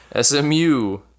SMU